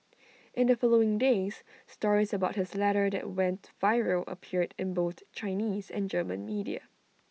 in the following days stories about his letter that went viral appeared in both Chinese and German media